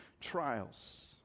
trials